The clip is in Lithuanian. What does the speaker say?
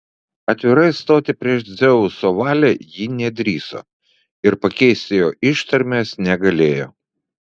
atvirai stoti prieš dzeuso valią ji nedrįso ir pakeisti jo ištarmės negalėjo